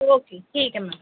okay ٹھیک ہے میم